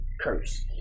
curse